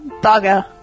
Bugger